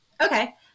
Okay